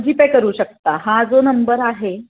जी Pay करू शकता हा जो नंबर आहे